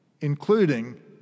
including